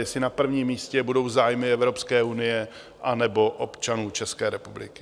Jestli na prvním místě budou zájmy Evropské unie, anebo občanů České republiky.